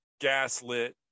gaslit